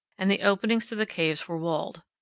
and the openings to the caves were walled.